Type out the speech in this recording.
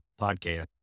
podcast